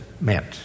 meant